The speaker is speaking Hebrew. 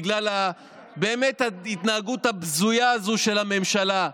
בגלל ההתנהגות הבזויה הזו של הממשלה,